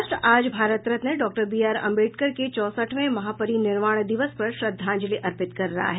राष्ट्र आज Bharat Ratna doctor B R Ambedkar के चौसठवें महापरिनिर्वाण दिवस पर श्रद्धांजलि अर्पित कर रहा है